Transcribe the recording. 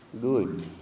good